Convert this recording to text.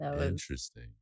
Interesting